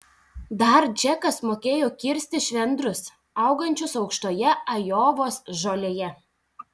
dar džekas mokėjo kirsti švendrus augančius aukštoje ajovos žolėje